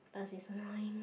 plus it's annoying